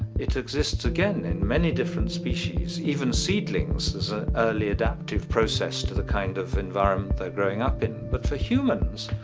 it exists again in many different species. even in seedlings, there's an early adaptive process to the kind of environment they are growing up in. but for humans,